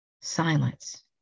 silence